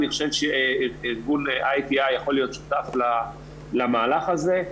אני חושב שארגון ITI יכול להיות שותף למהלך הזה.